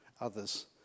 others